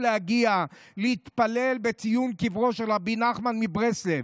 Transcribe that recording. להגיע להתפלל בציון קברו של רבי נחמן מברסלב.